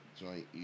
joint